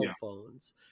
phones